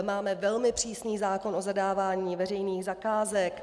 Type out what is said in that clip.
Máme velmi přísný zákon o zadávání veřejných zakázek.